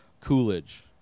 Coolidge